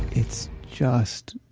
it's just,